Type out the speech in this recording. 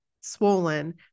swollen